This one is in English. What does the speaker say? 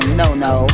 no-no